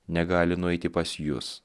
negali nueiti pas jus